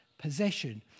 possession